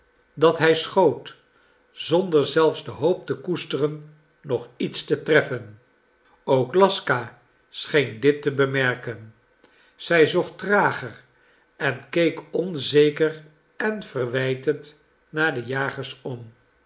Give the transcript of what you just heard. dat hij schoot zonder zelfs de hoop te koesteren nog iets te treffen ook laska scheen dit te bemerken zij zocht trager en keek onzeker en verwijtend naar de jagers om